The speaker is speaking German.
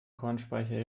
kornspeicher